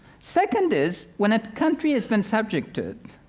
second is, when a country has been subjected